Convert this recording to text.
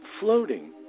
floating